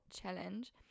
challenge